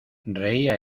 reía